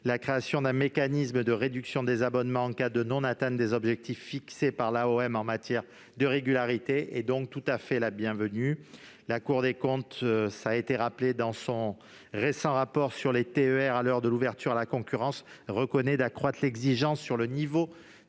La création d'un mécanisme de réduction des abonnements en cas de non-atteinte des objectifs fixés par l'AOM en matière de régularité est donc tout à fait bienvenue. La Cour des comptes, dans son récent rapport sur les TER à l'heure de l'ouverture à la concurrence, reconnaît la nécessité d'accroître l'exigence sur le niveau